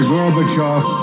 Gorbachev